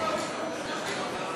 יש עתיד להביע